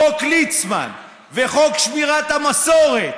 חוק ליצמן וחוק שמירת המסורת,